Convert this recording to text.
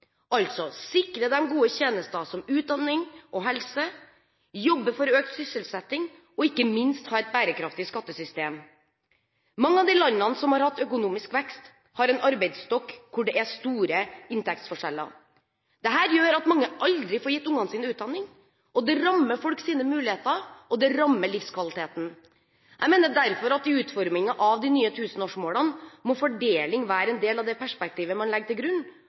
sikre dem gode tjenester som utdanning og helse, jobbe for økt sysselsetting og, ikke minst, ha et bærekraftig skattesystem. Mange av de landene som har hatt økonomisk vekst, har en arbeidsstokk hvor det er store inntektsforskjeller. Dette gjør at mange aldri får gitt ungene sine utdanning, det rammer folks muligheter, og det rammer livskvaliteten. Jeg mener derfor at i utformingen av de nye tusenårsmålene må fordeling være en del av det perspektivet man legger til grunn,